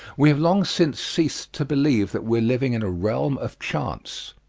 we have long since ceased to believe that we are living in a realm of chance.